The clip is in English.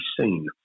seen